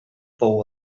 pou